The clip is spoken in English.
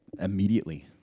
Immediately